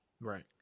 Right